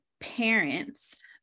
parents